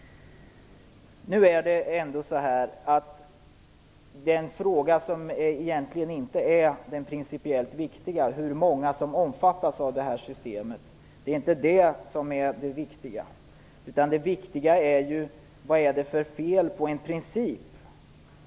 Den principiellt viktigaste frågan gäller inte hur många som omfattas av systemet. Det är inte det som är det viktiga. Det viktiga är vad det är för fel på principen.